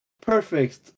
perfect